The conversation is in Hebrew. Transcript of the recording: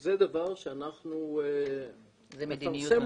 זה דבר שאנחנו נפרסם אותו --- זו מדיניות.